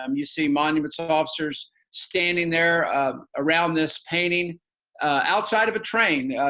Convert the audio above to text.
um you see monuments officers standing there around this painting outside of a train,